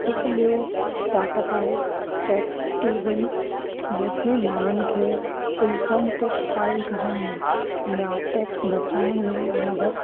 हिकु ॿियों स्टाटअप आहे टैक्स टू विन जंहिंखे माण्हुनि खे इनकम टैक्स फाइल करण में या टैक्स बचाइण में मदद